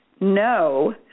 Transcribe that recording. no